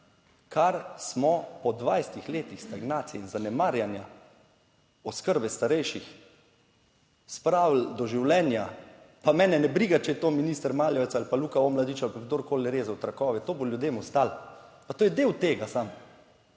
kar smo po 20 letih stagnacije in zanemarjanja oskrbe starejših spravili do življenja. Pa mene ne briga, če je to minister Maljevac ali pa Luka Omladič ali pa kdorkoli rezal trakove, to bo ljudem ostalo pa to je del tega. Samo